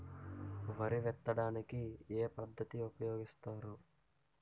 వరి విత్తడానికి ఏ పద్ధతిని ఉపయోగిస్తారు?